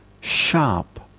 sharp